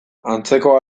antzeko